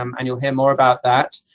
um and you'll hear more about that.